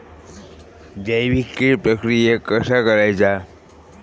जैविक कीड प्रक्रियेक कसा करायचा?